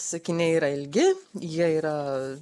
sakiniai yra ilgi jie yra